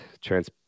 trans